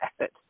effort